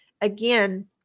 again